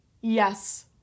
yes